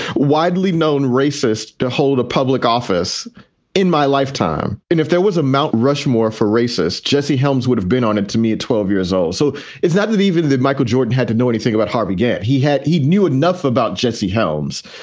widely known racist to hold a public office in my lifetime. and if there was a mount rushmore for racist, jesse helms would have been on it to me at twelve years old. so it's not that even michael jordan had to know anything about harvey gantt. he had he knew enough about jesse helms.